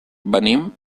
venim